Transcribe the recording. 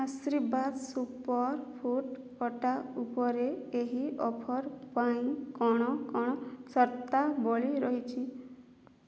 ଆଶୀର୍ବାଦ super food atta ଉପରେ ଏହି ଅଫର୍ ପାଇଁ କ'ଣ କ'ଣ ସର୍ତ୍ତାବଳୀ ରହିଛି